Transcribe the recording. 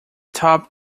top